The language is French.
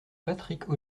patrick